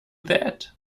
that